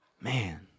Man